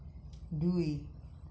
দুই